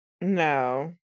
No